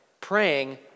Praying